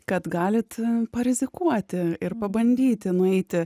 kad galit parizikuoti ir pabandyti nueiti